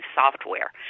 software